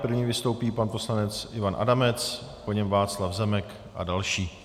První vystoupí pan poslanec Ivan Adamec, po něm Václav Zemek a další.